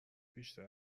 بیشتر